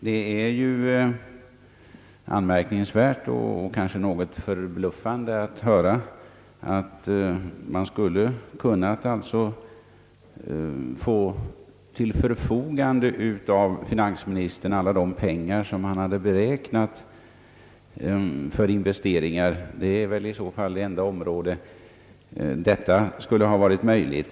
Det är ju anmärkningsvärt och kanske något förbluffande att höra, att man alltså skulle kunnat av finansministern få alla de pengar som man beräknat för investeringar. Detta är väl 1 så fall det enda område, där någonting sådant skulle ha varit möjligt!